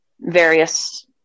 various